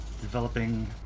developing